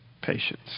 Patience